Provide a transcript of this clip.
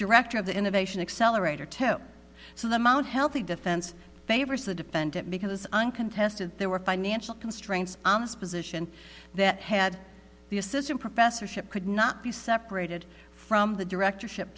director of the innovation accelerator to so the mount healthy defense favors the defendant because uncontested there were financial constraints on this position that had the assistant professor ship could not be separated from the directorship